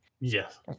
yes